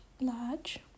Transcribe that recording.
large